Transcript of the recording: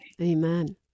Amen